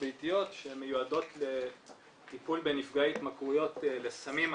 ביתיות שמיועדות לטיפול בנפגעי התמכרויות לסמים,